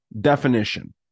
definition